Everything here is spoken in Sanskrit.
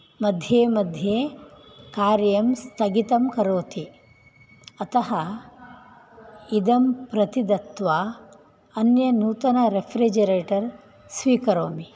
मध्ये मध्ये कार्यं स्थगितं करोति अतः इदं प्रति दत्वा अन्यत् नूतन रेफ़्रिजिरेटर् स्वीकरोमि